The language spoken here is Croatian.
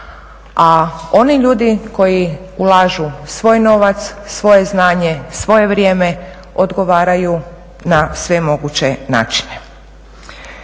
a oni ljudi koji ulažu svoj novac, svoje znanje, svoje vrijeme odgovaraju na sve moguće načine?